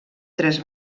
tres